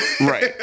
Right